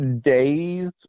days